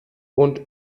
und